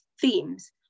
themes